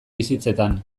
bizitzetan